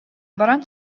баран